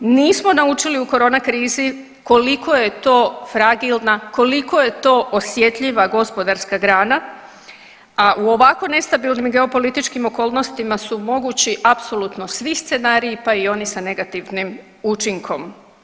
Nismo naučili u koronakrizi koliko je to fragilna, koliko je to osjetljiva gospodarska grana, a u ovako nestabilnim geopolitičkim okolnostima su mogući apsolutno svi scenariji, pa i oni sa negativnim učinkom.